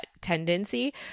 tendency